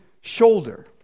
shoulder